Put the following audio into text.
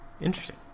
Interesting